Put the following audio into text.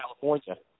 California